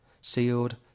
Sealed